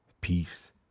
peace